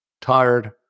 tired